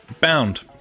Bound